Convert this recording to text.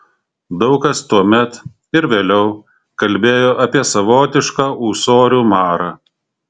daug kas tuomet ir vėliau kalbėjo apie savotišką ūsorių marą